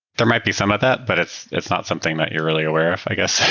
there might be some of that, but it's it's not something that you're really aware of, i guess,